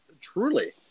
truly